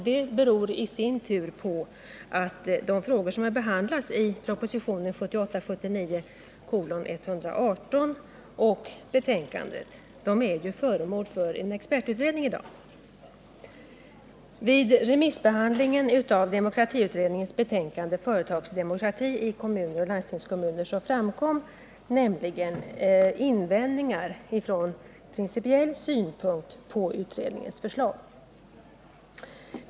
De frågor som behandlas i propositionen 1978/79:118 och i det här betänkandet är nämligen föremål för en expertutredning. Vid remissbehandlingen av demokratiutredningens betänkande Företagsdemokrati i kommuner och landstingskommuner framkom invändningar från principiell synpunkt mot utredningens förslag.